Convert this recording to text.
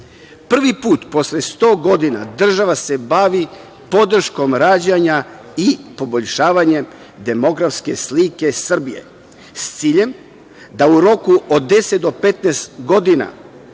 put, posle sto godina, država se bavi podrškom rađanja i poboljšavanjem demografske slike Srbije, s ciljem da u roku od 10 do 15 godina